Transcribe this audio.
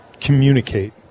communicate